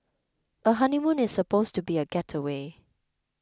a honeymoon is supposed to be a gateway